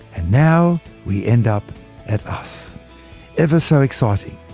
and now we end up at us ever so exciting.